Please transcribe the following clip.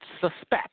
suspect